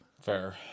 Fair